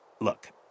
Look